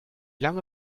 lange